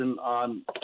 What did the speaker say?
on